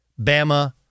Bama